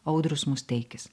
audrius musteikis